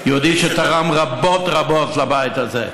יהודי שתרם רבות רבות לבית הזה.